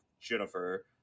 Jennifer